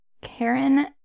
Karen